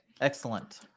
Excellent